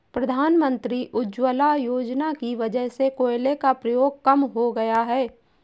प्रधानमंत्री उज्ज्वला योजना की वजह से कोयले का प्रयोग कम हो गया है